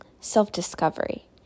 self-discovery